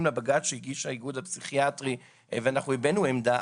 לבג"ץ שהגיש האיגוד הפסיכיאטרי ואנחנו הבענו עמדה,